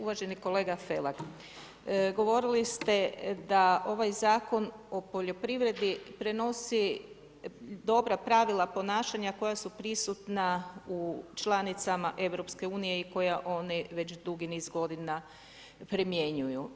Uvaženi kolega Felak, govorili ste da ovaj Zakon o poljoprivredi prenosi dobra pravila ponašanja koja su prisutna u člancima Europske unije i koja one već dugi niz godina primjenjuju.